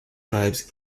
tribes